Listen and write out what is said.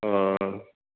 ओ